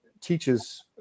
teaches